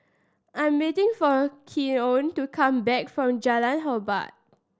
I'm waiting for Keon to come back from Jalan Hormat